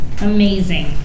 Amazing